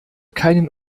keinen